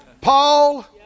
Paul